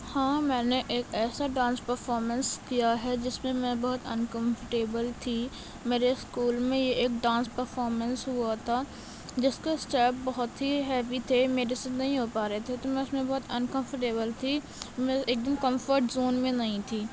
ہاں میں نے ایک ایسا ڈانس پرفامنس کیا ہے جس میں میں بہت انکمفرٹیبل تھی میرے اسکول میں ایک ڈانس پرفامنس ہوا تھا جس کے اسٹیپ بہت ہی ہیوی تھے میرے سے نہیں ہو پا رہے تھے تو میں اس میں بہت انکمفرٹیبل تھی میں ایک دم کمفرٹ زون میں نہیں تھی